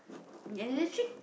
you got another trick